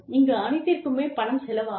இங்கு அனைத்திற்குமே பணம் செலவாகும்